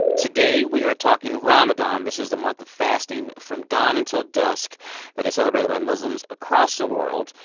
today we are talking ramadan. this is the month of fasting from dawn until dusk that is celebrated by muslims across the world.